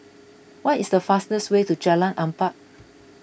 what is the fastest way to Jalan Empat